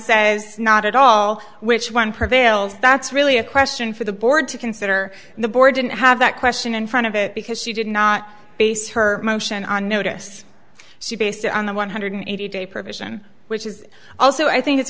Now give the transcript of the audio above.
says not at all which one prevails that's really a question for the board to consider the board didn't have that question in front of it because she did not base her motion on notice she based it on the one hundred eighty day provision which is also i think it's